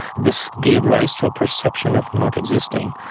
this gave rise to a perception of not existing.